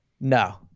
No